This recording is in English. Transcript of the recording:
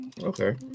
Okay